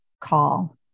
call